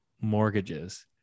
mortgages